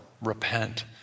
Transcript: Repent